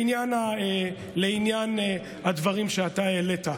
לעניין הדברים שאתה העלית,